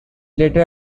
later